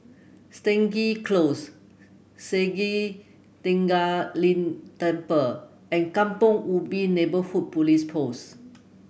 Stangee Close Sakya Tenphel Ling Temple and Kampong Ubi Neighbourhood Police Post